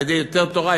שעל-ידי יותר תורה,